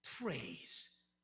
praise